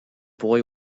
boy